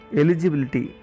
eligibility